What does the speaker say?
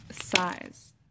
size